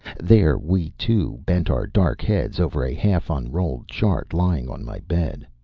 there we two bent our dark heads over a half-unrolled chart lying on my bed.